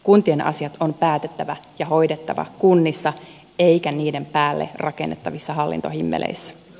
kuntien asiat on päätettävä ja hoidettava kunnissa eikä niiden päälle rakennettavissa hallintohimmeleissä